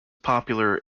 popular